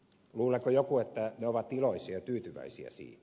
luuleeko joku että ne ovat iloisia ja tyytyväisiä siitä